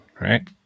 right